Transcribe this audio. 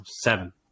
seven